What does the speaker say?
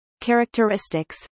characteristics